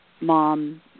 mom